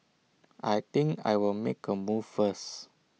I think I'll make A move first